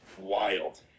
Wild